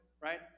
right